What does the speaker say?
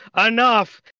enough